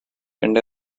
and